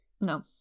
no